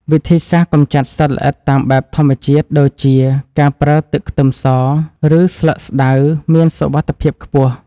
វិធីសាស្ត្រកម្ចាត់សត្វល្អិតតាមបែបធម្មជាតិដូចជាការប្រើទឹកខ្ទឹមស ឬស្លឹកស្តៅមានសុវត្ថិភាពខ្ពស់។